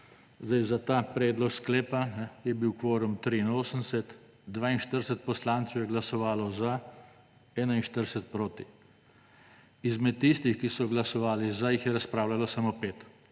Za ta predlog sklepa je bil kvorum 83, 42 poslancev je glasovalo za, 41 proti. Izmed tistih, ki so glasovali za, jih je razpravljalo samo 5,